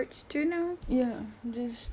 money is cause I don't want ya